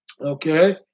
okay